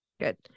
Good